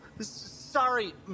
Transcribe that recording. sorry